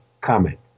comment